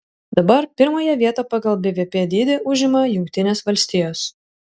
dabar pirmąją vietą pagal bvp dydį užima jungtinės valstijos